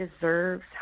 deserves